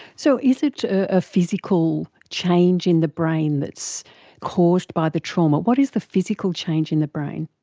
so is it a physical change in the brain that's caused by the trauma? what is the physical change in the brain?